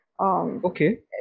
Okay